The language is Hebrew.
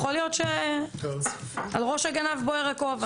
יכול להיות שעל ראש הגנב בוער הכובע.